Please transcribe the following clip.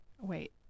Wait